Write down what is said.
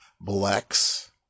blacks